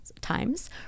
times